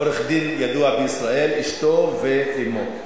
עורך-דין ידוע בישראל, אשתו ואמו.